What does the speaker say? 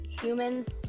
humans